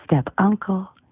stepuncle